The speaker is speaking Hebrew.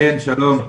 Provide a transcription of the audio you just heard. כן, שלום.